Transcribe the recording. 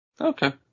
Okay